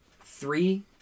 three